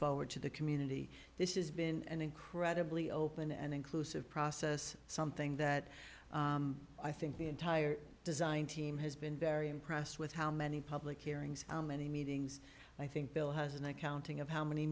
forward to the community this is been an incredibly open and inclusive process something that i think the entire design team has been very impressed with how many public hearings many meetings i think bill has an accounting of how many